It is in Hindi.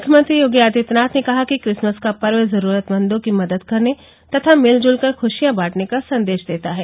मुख्यमंत्री योगी आदित्यनाथ ने कहा कि क्रिसमस का पर्व जरूरतमंदों की मदद करने तथा मिलजुल कर खुशियां बांटने का संदेश देता है